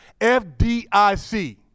FDIC